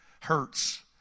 Hurts